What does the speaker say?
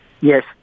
yes